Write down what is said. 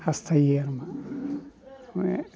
हासथायो आरमा बे